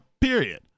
period